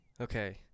Okay